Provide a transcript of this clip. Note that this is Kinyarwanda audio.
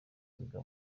wiga